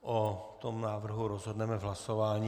O tomto návrhu rozhodneme v hlasování.